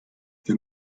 wir